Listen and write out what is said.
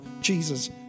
Jesus